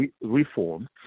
reform